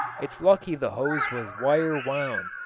it's lucky the hose was wire wound,